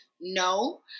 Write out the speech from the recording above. No